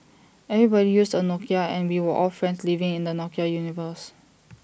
everybody used A Nokia and we were all friends living in the Nokia universe